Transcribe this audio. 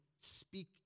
speak